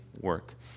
work